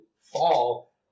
fall